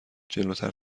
جلوتر